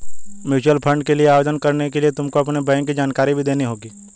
mutual fund के लिए आवेदन करने के लिए तुमको अपनी बैंक की जानकारी भी देनी होगी